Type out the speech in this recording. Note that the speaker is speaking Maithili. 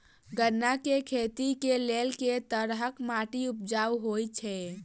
गन्ना केँ खेती केँ लेल केँ तरहक माटि उपजाउ होइ छै?